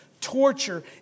torture